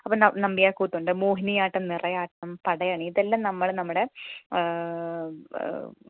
അപ്പോൾ ന നമ്പ്യാർകൂത്തുണ്ട് മോഹിനിയാട്ടം നിറയാട്ടം പടയണി ഇതെല്ലാം നമ്മള് നമ്മുടെ